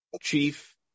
Chief